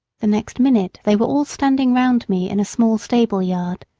the next minute they were all standing round me in a small stable-yard.